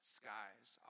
skies